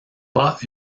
pas